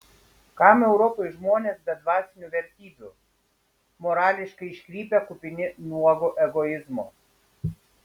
kam europai žmonės be dvasinių vertybių morališkai iškrypę kupini nuogo egoizmo